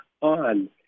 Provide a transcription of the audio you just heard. on